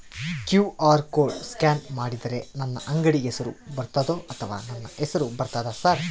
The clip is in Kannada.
ಕ್ಯೂ.ಆರ್ ಕೋಡ್ ಸ್ಕ್ಯಾನ್ ಮಾಡಿದರೆ ನನ್ನ ಅಂಗಡಿ ಹೆಸರು ಬರ್ತದೋ ಅಥವಾ ನನ್ನ ಹೆಸರು ಬರ್ತದ ಸರ್?